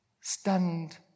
stunned